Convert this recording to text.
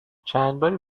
چندباری